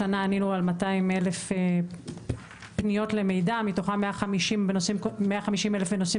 השנה ענינו על 200 אלף פניות למידע מתוכם 150 אלף בנושאים